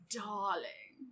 darling